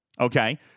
Okay